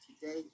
today